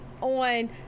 on